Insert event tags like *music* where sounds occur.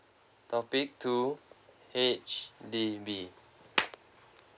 topic two H_D_B *noise*